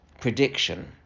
prediction